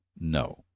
no